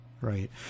Right